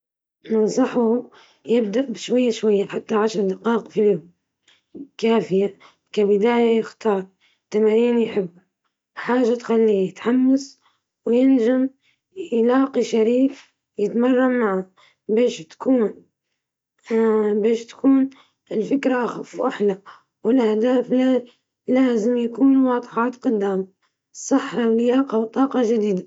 خليه يبدأ بخطوات صغيرة، زي عشر دقائق مشي يوميًا، وحبذا لو مع صديق يشجعه. يختار نوع تمارين يحبها، زي الرقص، أو لعب كرة القدم، ويربطها بموسيقى حماسية، الأهم يحدد هدف بسيط زي تحسين صحته أو مزاجه.